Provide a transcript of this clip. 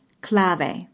clave